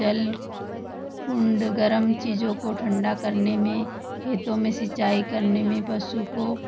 जलकुंड गर्म चीजों को ठंडा करने में खेतों में सिंचाई करने में पशुओं को